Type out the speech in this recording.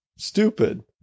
Stupid